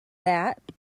that